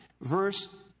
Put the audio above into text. Verse